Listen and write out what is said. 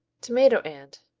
tomato and